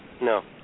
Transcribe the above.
No